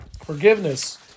Forgiveness